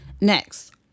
Next